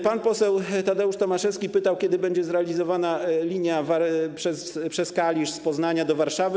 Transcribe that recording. Pan poseł Tadeusz Tomaszewski pytał, kiedy będzie zrealizowana linia przez Kalisz z Poznania do Warszawy.